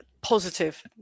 positive